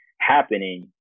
happening